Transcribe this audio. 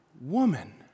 woman